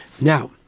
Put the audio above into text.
Now